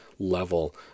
level